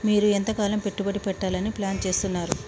మీరు ఎంతకాలం పెట్టుబడి పెట్టాలని ప్లాన్ చేస్తున్నారు?